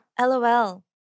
LOL